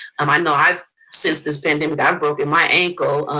um i know i've since suspended, i've broken my ankle